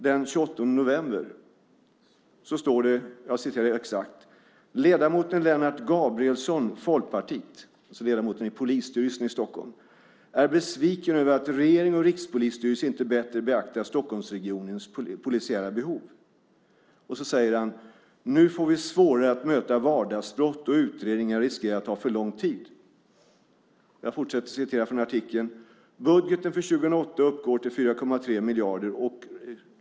Den 28 november står det: "Ledamoten Lennart Gabrielsson "- han är ledamot av polisstyrelsen i Stockholm - "är besviken över att regering och rikspolisstyrelse inte bättre beaktar Stockholmsregionens polisiära behov." Och så säger han: "Nu får vi svårare att möta vardagsbrott och utredningar riskerar att ta för lång tid." Jag fortsätter citera från artikeln: "Budgeten för 2008 uppgår till 4,3 miljarder kronor."